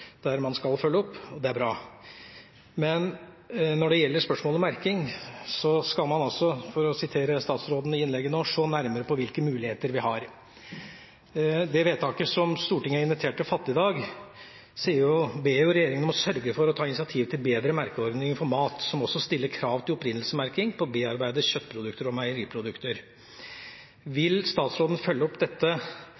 der man skal følge opp, og det er bra. Men når det gjelder spørsmålet om merking, skal man altså, for å sitere statsråden i innlegget, «se nærmere på hvilke muligheter vi har». I det vedtaket som Stortinget er invitert til å fatte i dag, ber man «regjeringen sørge for å ta initiativ til bedre merkeordninger for mat, som også stiller krav til opprinnelsesmerking på bearbeidede kjøttprodukter og meieriprodukter». Vil statsråden følge opp dette